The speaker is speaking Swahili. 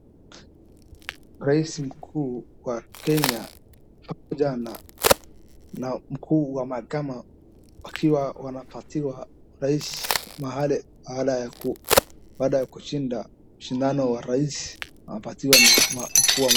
Rais mkuu wa Kenya pamoja na mkuu wa mahakama wakiwa wanapatiwa urais baada ya kushinda shindano ya rais wanapatiwa na mkuu wa mahakama.